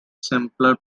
simpler